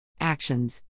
Actions